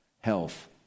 Health